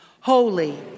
Holy